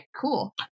cool